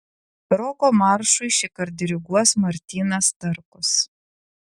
roko maršui šįkart diriguos martynas starkus